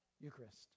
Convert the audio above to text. Eucharist